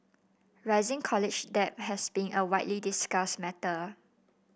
rising college debt has been a widely discussed matter